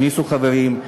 הכניסו חברים,